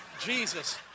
Jesus